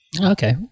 Okay